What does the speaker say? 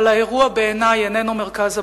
אבל בעיני האירוע איננו מרכז הבעיה.